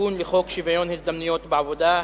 תיקון לחוק שוויון ההזדמנויות בעבודה,